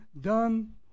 done